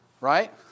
Right